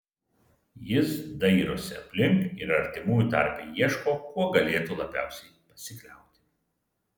jis dairosi aplink ir artimųjų tarpe ieško kuo galėtų labiausiai pasikliauti